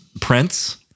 Prince